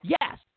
Yes